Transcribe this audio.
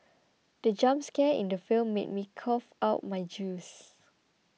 the jump scare in the film made me cough out my juice